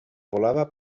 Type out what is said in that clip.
volava